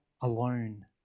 alone